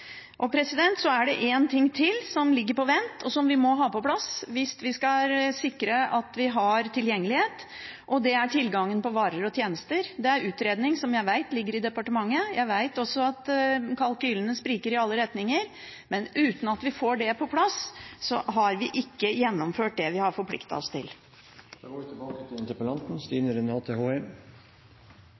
det en ting til som ligger på vent, og som vi må ha på plass hvis vi skal sikre tilgjengelighet, og det er tilgangen på varer og tjenester. En utredning om det vet jeg ligger i departementet. Jeg vet også at kalkylene spriker i alle retninger. Men uten at vi får det på plass, har vi ikke gjennomført det vi har forpliktet oss